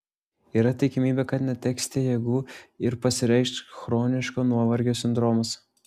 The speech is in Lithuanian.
yra tikimybė kad neteksite jėgų ir pasireikš chroniško nuovargio sindromas